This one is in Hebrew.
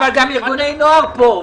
אבל ארגוני נוער פה.